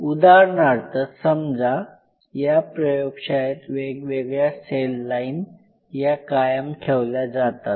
उदाहरणार्थ समजा या प्रयोगशाळेत वेगवेगळ्या सेल लाईन या कायम ठेवल्या जातात